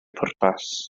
pwrpas